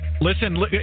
Listen